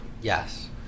Yes